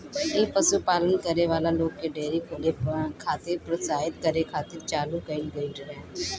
इ पशुपालन करे वाला लोग के डेयरी खोले खातिर प्रोत्साहित करे खातिर चालू कईल गईल रहे